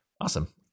Awesome